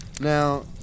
Now